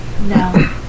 No